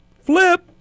flip